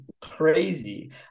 crazy